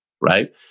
right